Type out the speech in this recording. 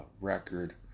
record